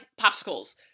popsicles